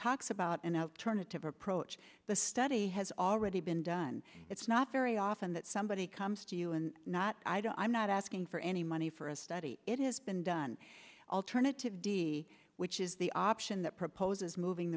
talks about an upturn a tip or pro choice the study has already been done it's not very often that somebody comes to you and not i don't i'm not asking for any money for a study it has been done alternative d which is the option that proposes moving